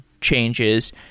changes